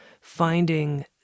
finding